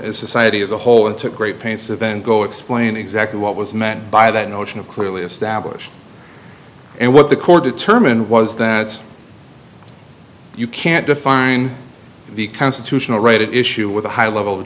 to society as a whole and took great pains to then go explain exactly what was meant by that notion of clearly established and what the court determined was that you can't define the constitutional right issue with a high level of